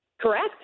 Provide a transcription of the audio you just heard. Correct